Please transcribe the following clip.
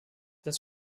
das